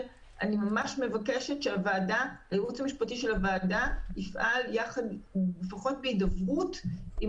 אני מבקשת שהייעוץ המשפטי של הוועדה יקיים הידברות עם